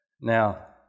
Now